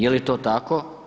Je li to tako?